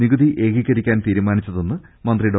നികുതി ഏകീകരിക്കാൻ തീരുമാനിച്ചതെന്ന് മന്ത്രി ഡോ